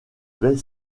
baies